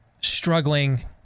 struggling